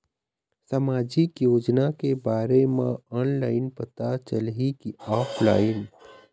सामाजिक योजना के बारे मा ऑनलाइन पता चलही की ऑफलाइन?